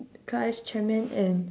class chairman and